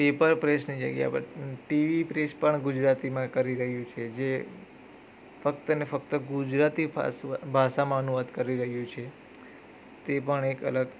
paper પ્રેસની જગ્યા પર ટીવી પ્રેસ પણ ગુજરાતીમાં કરી રહ્યું છે જે ફક્તને ફક્ત ગુજરાતી ભાષ ભાષામાં અનુવાદ કરી રહ્યું છે તે પણ એક અલગ